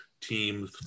team